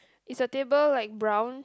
is your table like brown